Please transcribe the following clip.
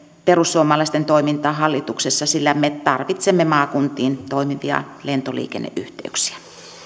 perussuomalaisten toimintaa hallituksessa sillä me tarvitsemme maakuntiin toimivia lentoliikenneyhteyksiä